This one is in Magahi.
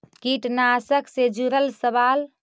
कीटनाशक से जुड़ल सवाल?